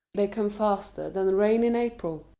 they come faster than rain in april.